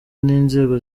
n’inzego